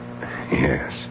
Yes